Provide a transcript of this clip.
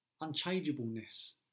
unchangeableness